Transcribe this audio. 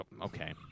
Okay